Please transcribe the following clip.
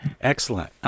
Excellent